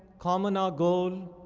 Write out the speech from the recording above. common our goal.